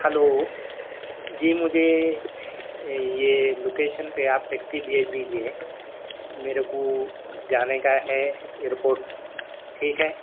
hello جی مجھے یہ لوکیشن پہ آپ ٹیکسی بھیج دیجیے میرے کو جانے کا ہے ایئر پورٹ ٹھیک ہے